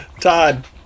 todd